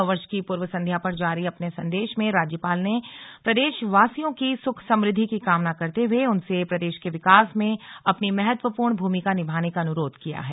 नववर्ष की पूर्व संघ्या पर जारी अपने संदेश में राज्यपाल ने प्रदेशवासियों की सुख समृद्धि की कामना करते हुए उनसे प्रदेश के विकास में अपनी महत्वपूर्ण भूमिका निभाने का अनुरोध किया है